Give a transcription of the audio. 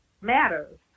matters